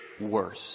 worse